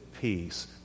peace